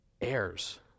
heirs